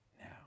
now